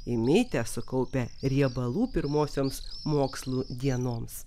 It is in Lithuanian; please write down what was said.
įmitę sukaupę riebalų pirmosioms mokslų dienoms